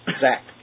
Zach